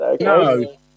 No